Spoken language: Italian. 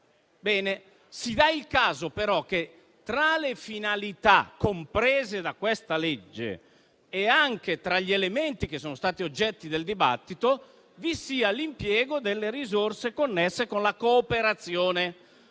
Stato. Si dà il caso, però, che tra le finalità comprese da questa legge e anche tra gli elementi che sono stati oggetto del dibattito vi sia l'impiego delle risorse connesse con la cooperazione,